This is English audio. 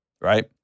Right